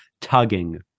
Tugging